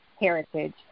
heritage